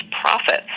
profits